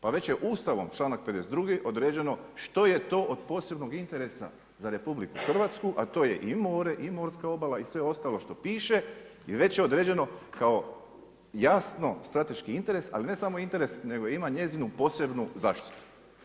Pa već je Ustavom, čl.52. određeno što je to od posebnog interesa za RH, a to je i more i morska obala i sve ostalo što piše i već je određeno kao jasno strateški interes, ali ne samo interes nego ima njezinu posebnu zaštitu.